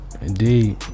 indeed